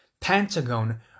Pentagon